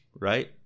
Right